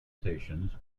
stations